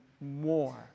more